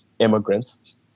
immigrants